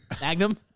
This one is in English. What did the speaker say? Magnum